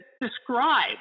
describe